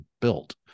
built